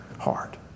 heart